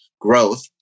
growth